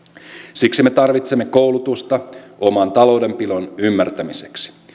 siksi me tarvitsemme koulutusta oman taloudenpidon ymmärtämiseksi